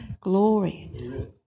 Glory